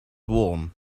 warm